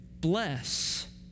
bless